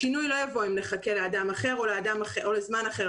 השינוי לא יבוא אם נחכה לאדם אחר או לזמן אחר,